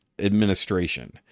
administration